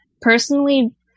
personally